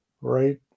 right